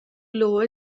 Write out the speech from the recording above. lower